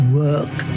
work